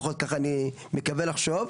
לפחות כך אני מקווה לחשוב,